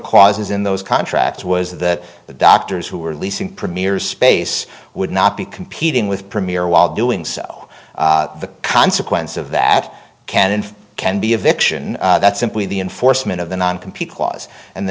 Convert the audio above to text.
causes in those contracts was that the doctors who were leasing premier's space would not be competing with premier while doing so the consequence of that can and can be a vixen that's simply the enforcement of the non compete clause and the